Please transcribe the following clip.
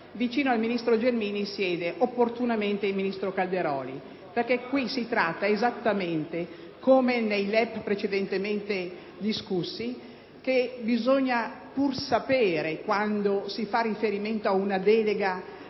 Vicino al ministro Gelmini siede, opportunamente, il ministro Calderoli, perche´ qui si tratta di sapere, come nei LEP precedentemente discussi, quando si fa riferimento ad una delega